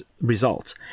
results